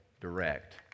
direct